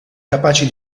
capaci